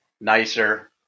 nicer